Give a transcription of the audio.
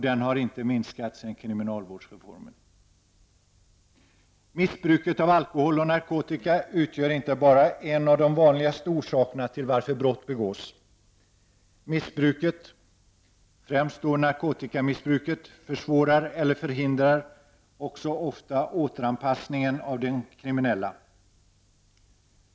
Den har inte minskat sedan kriminalvårdsreformen. Missbruket av alkohol och narkotika utgör inte bara en av de vanligaste orsakerna till varför brott begås. Missbruket, främst av narkotika, försvårar eller förhindrar också ofta återanpassningen av den kriminelle.